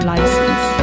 License